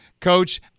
Coach